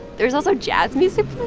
there's also jazz music